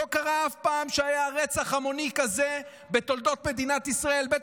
לא קרה אף פעם בתולדות מדינת ישראל שהיה רצח המוני כזה,